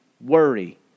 worry